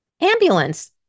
ambulance